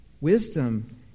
Wisdom